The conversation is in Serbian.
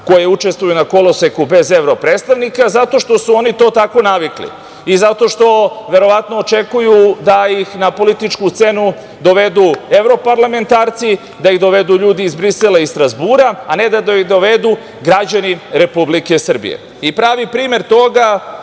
koje učestvuju na koloseku bez evro predstavnika, zato što su oni to tako navikli i zato što verovatno očekuju da ih na političku scenu dovedu evroparlamentarci, da ih dovedu ljudi iz Brisela i Strazbura, a ne da ih dovedu građani Republike Srbije. Pravi primer toga